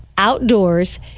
outdoors